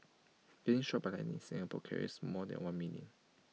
getting struck by lightning in Singapore carries more than one meaning